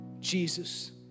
Jesus